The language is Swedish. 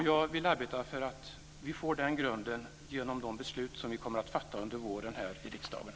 Jag vill arbeta för att vi får den grunden genom de beslut som vi kommer att fatta under våren här i riksdagen.